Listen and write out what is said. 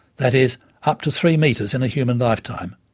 that is up to three metres in a human lifetime,